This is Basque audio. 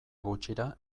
gutxira